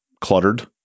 cluttered